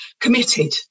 committed